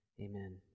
amen